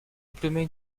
diplômé